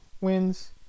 wins